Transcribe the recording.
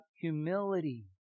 humility